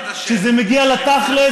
כשזה מגיע לתכל'ס,